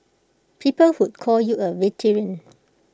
people who call you A veteran